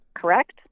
Correct